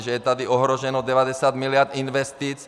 Že je tady ohroženo 90 mld. investic.